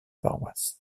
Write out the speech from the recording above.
paroisses